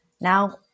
now